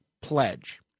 pledge